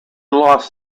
lost